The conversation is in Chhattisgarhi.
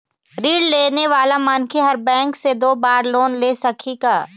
ऋण लेने वाला मनखे हर बैंक से दो बार लोन ले सकही का?